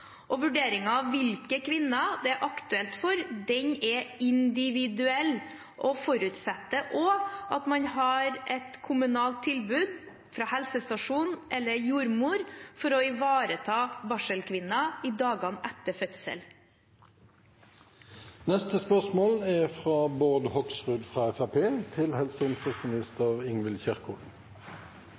av hvilke kvinner det er aktuelt for, er individuell og forutsetter også at man har et kommunalt tilbud fra helsestasjon eller jordmor for å ivareta barselkvinner i dagene etter fødsel. «Swedish Match fikk avslag fra